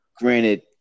granted